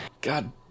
God